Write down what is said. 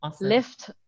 lift